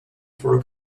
for